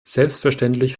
selbstverständlich